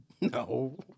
No